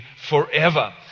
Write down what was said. forever